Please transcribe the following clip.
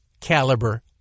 caliber